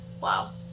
wow